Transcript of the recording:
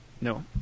No